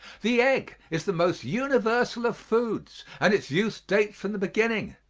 the egg is the most universal of foods and its use dates from the beginning,